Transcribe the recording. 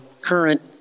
current